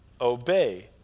obey